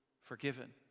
forgiven